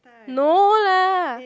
no lah